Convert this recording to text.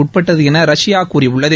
உட்பட்டது என ரஷ்யா கூறியுள்ளது